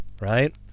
right